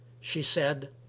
she said,